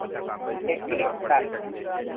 ایک کلو مٹر